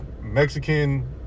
Mexican